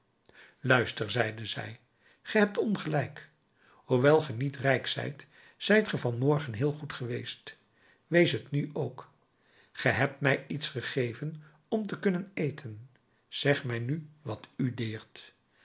luister zeide zij ge hebt ongelijk hoewel gij niet rijk zijt zijt ge van morgen heel goed geweest wees t nu ook ge hebt mij iets gegeven om te kunnen eten zeg mij nu wat u deert